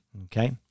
Okay